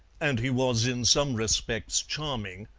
and he was in some respects charming,